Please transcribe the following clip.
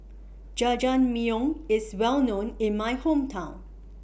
Jajangmyeon IS Well known in My Hometown